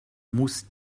muss